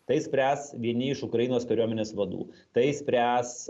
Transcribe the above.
tai spręs vieni iš ukrainos kariuomenės vadų tai spręs